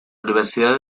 universidad